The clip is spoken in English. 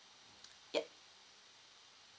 yup